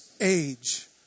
age